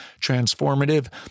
transformative